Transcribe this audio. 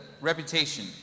reputation